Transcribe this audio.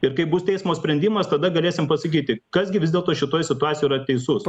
ir kaip bus teismo sprendimas tada galėsim pasakyti kas gi vis dėlto šitoj situacijoj yra teisus